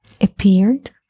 appeared